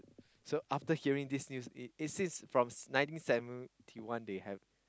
so after hearing this news it says from ninety seventy one they have